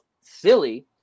silly